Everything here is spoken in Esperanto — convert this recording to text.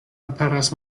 aperas